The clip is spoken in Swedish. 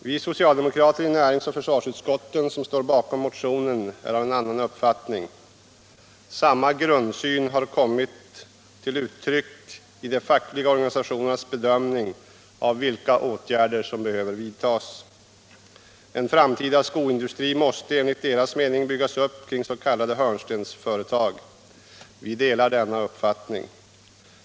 Vi socialdemokrater i näringsoch försvarsutskotten som står bakom motionen är av en annan uppfattning. Samma grundsyn har kommit till uttryck i de fackliga organisationernas bedömning av vilka åtgärder som behöver vidtas. En framtida skoindustri måste enligt deras mening byggas upp kring s.k. hörnstensföretag. Vi delar denna uppfattning.